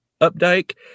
updike